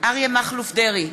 אריה מכלוף דרעי,